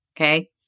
Okay